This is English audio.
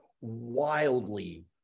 wildly